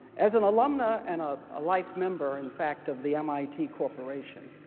as an alumna and ah a life member in fact of the mit corporation,